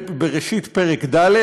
בבראשית, פרק ד',